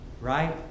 Right